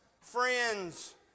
friends